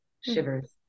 shivers